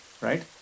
right